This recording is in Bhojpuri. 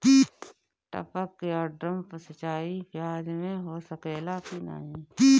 टपक या ड्रिप सिंचाई प्याज में हो सकेला की नाही?